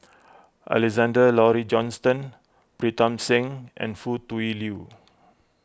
Alexander Laurie Johnston Pritam Singh and Foo Tui Liew